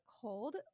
cold